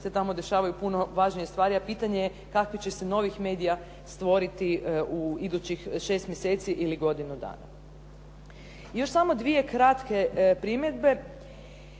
se tamo dešavaju puno važnije stvari, a pitanje je kakvih će se novih medija stvoriti u idućih šest mjeseci ili godinu dana. I još samo dvije kratke primjedbe.